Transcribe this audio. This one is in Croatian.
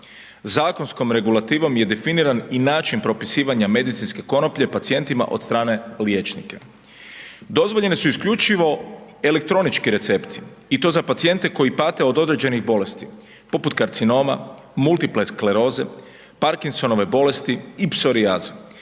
Zakonskom regulativom je definiran i način propisivanja medicinske konoplje pacijentima od strane liječnika. Dozvoljeni su isključivo elektronički recepti i to za pacijente koji pate od određenih bolesti, poput karcinoma, multiple skleroze, Parkinsonove bolesti i psorijaze.